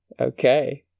okay